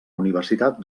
universitat